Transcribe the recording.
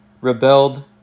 Rebelled